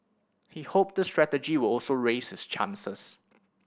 he hopes this strategy would also raise his chances